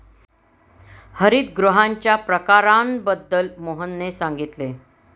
हरितगृहांच्या प्रकारांबद्दल मोहनने सांगितले